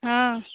हँ